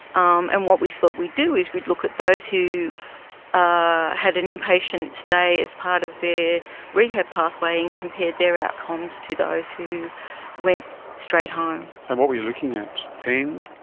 um and what we thought we'd do is we'd look at those who ah had an inpatient day as part of their rehab pathway and compared their outcomes to those who went straight home. and what were you looking at? pain,